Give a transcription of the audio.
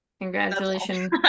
congratulations